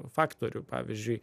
faktorių pavyzdžiui